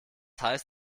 heißt